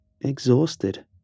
exhausted